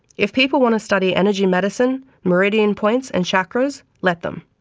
if people want to study energy medicine, meridian points and chakras let them!